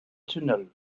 tunnel